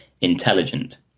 intelligent